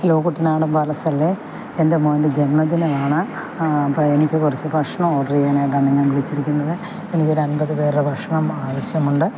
hello Kuttanadan palace അല്ലേ എൻ്റെ മോൻ്റെ ജന്മദിനമാണ് അപ്പോൾ എനിക്ക് കുറച്ച് ഭക്ഷണം ഓർഡർ ചെയ്യാനായിട്ടാണ് ഞാൻ വിളിച്ചിരിക്കുന്നത് എനിക്കൊര് അൻപത് പേരുടെ ഭക്ഷണം ആവിശ്യമുണ്ട്